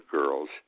girls